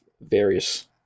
various